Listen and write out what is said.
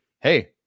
hey